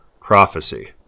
prophecy